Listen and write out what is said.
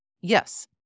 Yes